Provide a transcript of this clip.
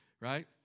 right